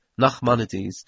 Nachmanides